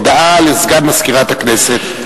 הודעה לסגן מזכירת הכנסת.